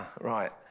right